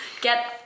get